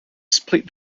split